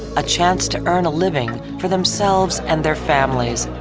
a chance to earn a living for themselves and their families,